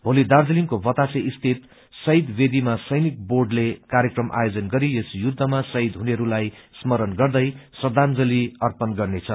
भोली दार्जीलिङको बतासे स्थित शहीद बेदीमा सैनिक बोर्डले कार्यक्रम आयोजन गरी यस युछमा शहीद हुनेहरूलाई स्मरण गर्दै श्रद्धांजली अर्पण गरिने छ